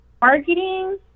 marketing